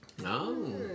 No